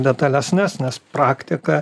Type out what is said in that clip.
detalesnes nes praktika